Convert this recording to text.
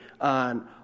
on